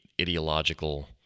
ideological